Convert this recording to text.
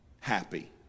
happy